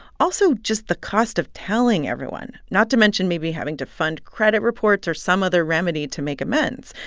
also, just the cost of telling everyone not to mention maybe having to fund credit reports or some other remedy to make amends.